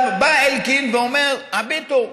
בא אלקין ואומר: הביטו,